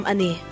Ani